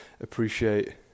appreciate